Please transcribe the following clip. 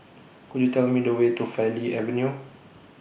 Could YOU Tell Me The Way to Farleigh Avenue